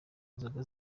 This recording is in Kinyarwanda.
nzoga